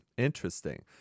interesting